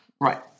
Right